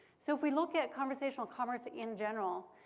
so if we look at conversational commerce in general,